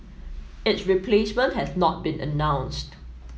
its replacement has not been announced